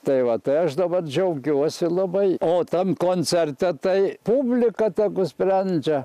tai va tai aš dabar džiaugiuosi labai o tam koncerte tai publika tegu sprendžia